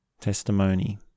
testimony